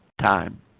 time